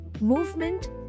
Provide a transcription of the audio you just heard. movement